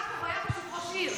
יעקב היה ראש עיר,